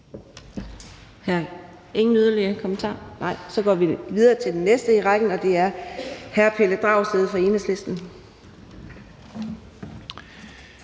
der nogen yderligere kommentarer? Nej. Så går vi videre til den næste i rækken, og det er hr. Pelle Dragsted fra Enhedslisten.